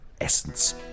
essence